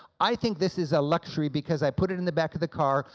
i think this is a luxury because i put it in the back of the car,